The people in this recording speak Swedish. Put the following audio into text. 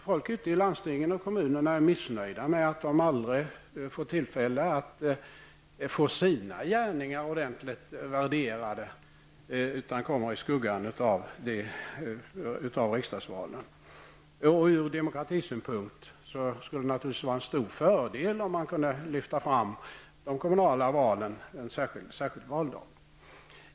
Folk ute i landstingen och kommunerna är missnöjda med att de aldrig får tillfälle att få sina gärningar ordentligt värderade utan kommer i skuggan av riksdagsvalen. Ur demokratisynpunkt skulle det naturligtvis vara en stor fördel, om man kunde lyfta fram de kommunala valen en särskild valdag.